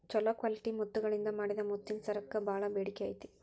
ಚೊಲೋ ಕ್ವಾಲಿಟಿ ಮುತ್ತಗಳಿಂದ ಮಾಡಿದ ಮುತ್ತಿನ ಸರಕ್ಕ ಬಾಳ ಬೇಡಿಕೆ ಐತಿ